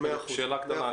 שאלה קטנה.